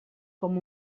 com